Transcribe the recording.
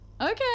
okay